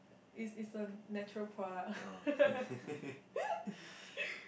is is a natural product